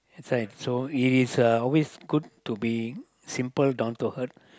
it's like so it is uh always good to be simple down to earth